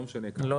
לא משנה -- לא,